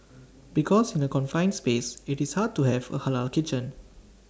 because in A confined space IT is hard to have A Halal kitchen